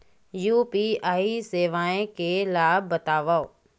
UPI सेवाएं के लाभ बतावव?